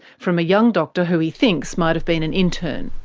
from a young doctor who he thinks might have been an intern.